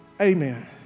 amen